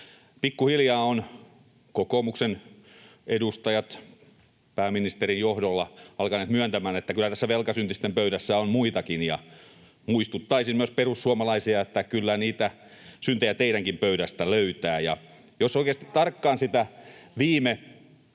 Pikkuhiljaa ovat kokoomuksen edustajat pääministerin johdolla alkaneet myöntämään, että kyllä tässä velkasyntisten pöydässä on muitakin, ja muistuttaisin myös perussuomalaisia, että kyllä niitä syntejä teidänkin pöydästä löytää. Ja jos oikeasti tarkkaan sitä viime